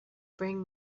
bring